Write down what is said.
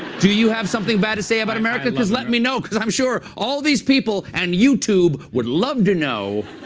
do you have something bad to say about america? because let me know. because i'm sure all these people and youtube would love to know